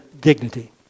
dignity